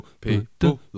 people